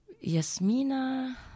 Yasmina